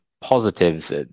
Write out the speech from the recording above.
positives